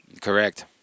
correct